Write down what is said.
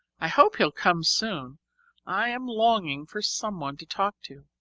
i hope he'll come soon i am longing for someone to talk to.